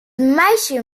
meisje